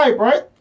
right